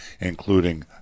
including